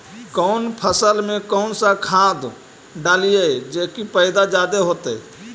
कौन फसल मे कौन सा खाध डलियय जे की पैदा जादे होतय?